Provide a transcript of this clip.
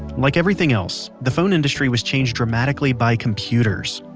like everything else, the phone industry was changed dramatically by computers.